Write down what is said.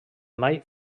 mai